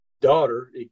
daughter